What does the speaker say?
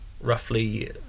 roughly